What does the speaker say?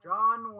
John